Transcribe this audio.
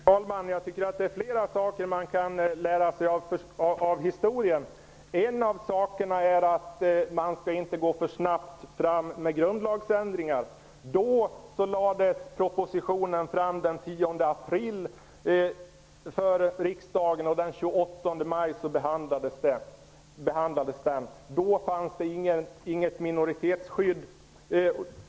Herr talman! Jag tycker att det är flera saker man kan lära sig av historien. En sådan sak är att man inte skall gå för snabbt fram med grundlagsändringar. Då lades propositionen fram den 10 april för riksdagen, och den 28 maj behandlades propositionen. Då fanns det inget minoritetsskydd.